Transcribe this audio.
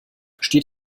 steht